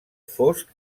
fosc